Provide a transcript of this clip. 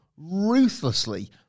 ruthlessly